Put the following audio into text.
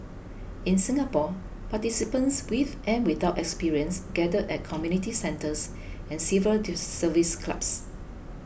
in Singapore participants with and without experience gathered at community centres and civil service clubs